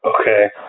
Okay